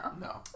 No